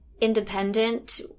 independent